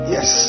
Yes